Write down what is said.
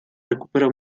recupera